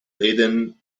laden